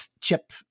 chip